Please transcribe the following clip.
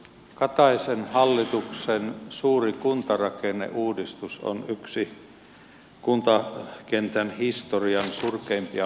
kataisen hallituksen suuri kuntarakenneuudistus on yksi kuntakentän historian surkeimpia projekteja